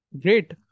Great